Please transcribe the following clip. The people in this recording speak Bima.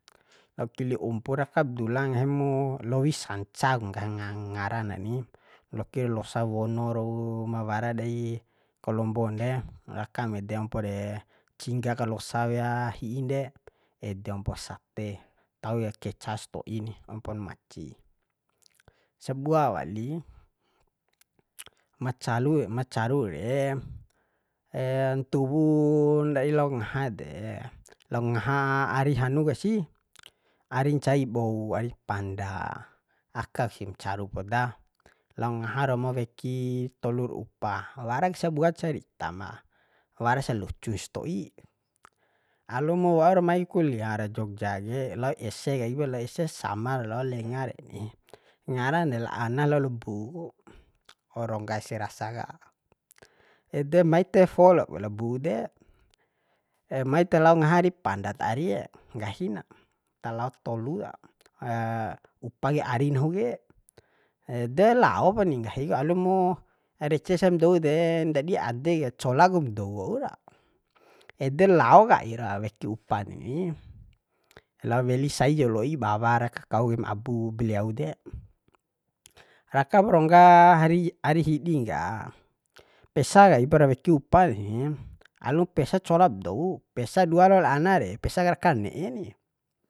Lao kili umpu rakap dula nggahi mu lowi sanca ku nggahi ngara na ni loakir losa wono rau ma wara dei kalombon de rakam ede ompo de cingga kalosa wea hi'in de ede ompo sate tau kai keca sto'i ni ompon maci sabua wali macalu ma caru re ntuwu ndadi lao ngaha de lao ngaha ari hanu kesi ari ncai bou ari panda akak sim caru poda lao ngaha romo weki tolur upa warak sabua cerita ma warasa lucun sto'i alu mu waur mai kuliah ara jogja ke lao ese kai ku lao ese sama lao lenga reni ngaran de la anas lao la bu worongga ese rasa ka edemai telfo lom la bu de mai talao ngaha ari pandat arie nggahi na talao tolu ta upa kai ari nahu ke de laopani nggahi ku alumu rece sam dou de ndadi ade ka cola kum dou waura ede lao kaira weki upa deni lao weli sai ja loi bawa ra kau kaim abu beliau de rakap rongga hari ari hidin ka pesa kaipara weki upa reni alum pesa colab dou pesa dua lao la anas de pesa karaka ne'e ni